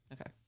Okay